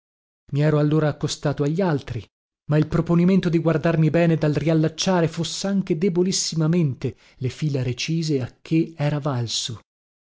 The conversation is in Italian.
i ero allora accostato agli altri ma il proponimento di guardarmi bene dal riallacciare fossanche debolissimamente le fila recise a che era valso